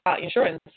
insurance